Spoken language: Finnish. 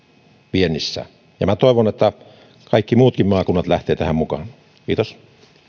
viennissä minä toivon että kaikki muutkin maakunnat lähtevät tähän mukaan kiitos